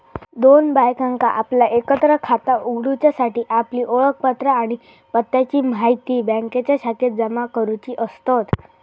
दोन बायकांका आपला एकत्र खाता उघडूच्यासाठी आपली ओळखपत्रा आणि पत्त्याची म्हायती बँकेच्या शाखेत जमा करुची असतत